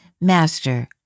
Master